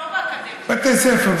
בבתי ספר,